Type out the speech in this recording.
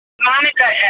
Monica